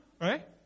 right